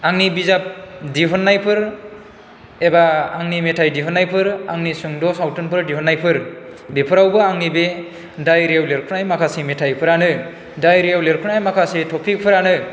आंनि बिजाब दिहुन्नायफोर एबा आंनि मेथाइ दिहुन्नायफोर आंनि सुंद' सावथुनफोर दिहुन्नायफोर बेफोरावबो आंनि बे डायरियाव लिरखानाय माखासे मेथाइफ्रानो डायरियाव लिरखानाय माखासे थपिकफ्रानो